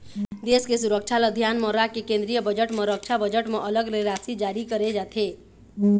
देश के सुरक्छा ल धियान म राखके केंद्रीय बजट म रक्छा बजट म अलग ले राशि जारी करे जाथे